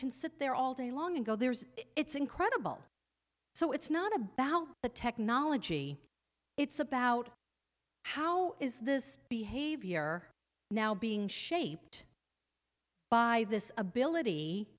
can sit there all day long and go there's it's incredible so it's not about the technology it's about how is this behavior now being shaped by this ability